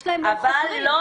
אבל לא